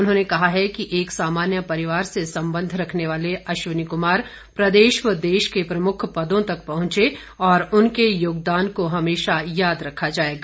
उन्होंने कहा है कि एक सामान्य परिवार से संबंध रखने वाले अश्विन कुमार प्रदेश व देश के प्रमुख पदों तक पहुंचे और उनके योगदान को हमेशा याद रखा जाएगा